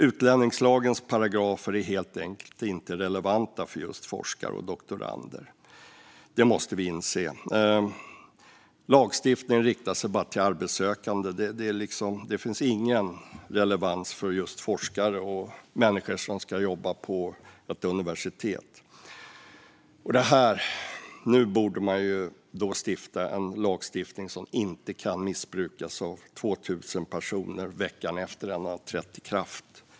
Utlänningslagens paragrafer är helt enkelt inte relevanta för just forskare och doktorander. Det måste vi inse. Lagstiftningen riktas bara till arbetssökande. Det finns ingen relevans för just forskare och människor som ska jobba på ett universitet. Nu borde det stiftas en lag som inte kan missbrukas av 2 000 personer veckan efter att den har trätt i kraft.